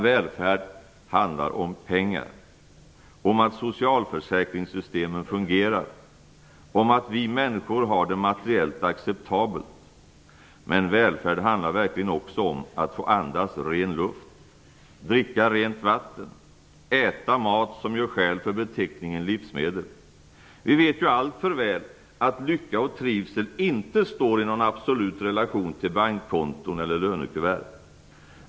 Välfärd handlar om pengar, om att socialförsäkringssystemen fungerar, om att vi människor har det materiellt acceptabelt. Men välfärd handlar verkligen också om att få andas ren luft, dricka rent vatten och äta mat som gör skäl för beteckningen livsmedel. Vi vet ju alltför väl att lycka och trivsel inte står i någon absolut relation till bankkonton eller lönekuvert.